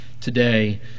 today